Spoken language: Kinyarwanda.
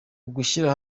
ugushyira